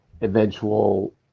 eventual